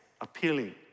appealing